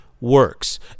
works